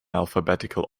alphabetical